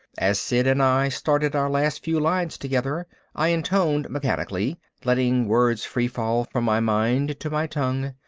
as sid and i started our last few lines together i intoned mechanically, letting words free-fall from my mind to my tongue.